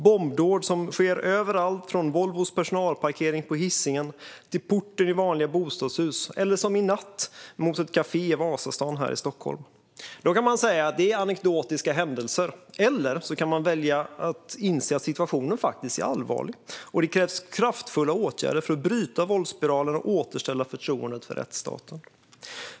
Bombdåd sker överallt - från Volvos personalparkering på Hisingen till porten i vanliga bostadshus eller som i natt, mot ett kafé i Vasastan här i Stockholm. Man kan kalla det för anekdoter. Eller så kan man välja att inse att situationen faktiskt är allvarlig och att det krävs kraftfulla åtgärder för att bryta våldsspiralen och återställa förtroendet för rättsstaten.